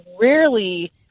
rarely